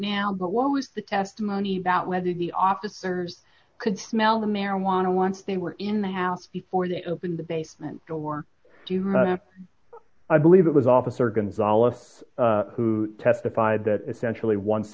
now but what was the testimony that led to the officers could smell the marijuana once they were in the house before they opened the basement door i believe it was officer gonzales who testified that essentially once